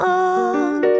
on